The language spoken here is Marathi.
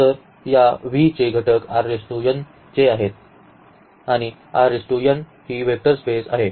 तर या V चे घटक चे आहेत आणि ही वेक्टर स्पेस आहे